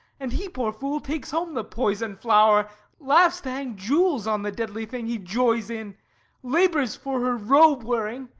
and he, poor fool, takes home the poison-flower laughs to hang jewels on the deadly thing he joys in labours for her robe-wearing,